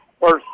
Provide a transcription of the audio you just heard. First